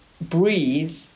breathe